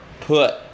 put